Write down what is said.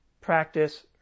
practice